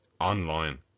online